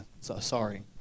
sorry